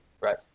right